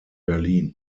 berlin